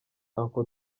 uncle